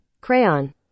Crayon